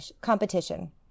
competition